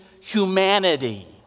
humanity